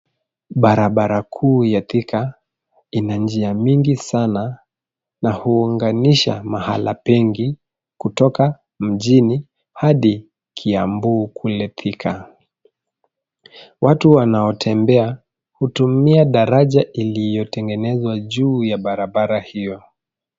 Barabara kuu ya Thika ina njia mingi sana na huunganisha mahala pengi kutoka mjini hadi Kiambu kule Thika. Watu wanaotembea hutumia daraja iliyotengenezwa juu ya barabara hio.